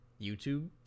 YouTube